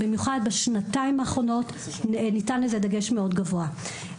ובמיוחד בשנתיים האחרונות ניתן לזה דגש מאוד גבוה.